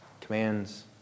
commands